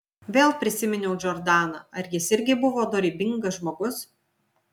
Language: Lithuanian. vėl prisiminiau džordaną ar jis irgi buvo dorybingas žmogus